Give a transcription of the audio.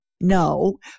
No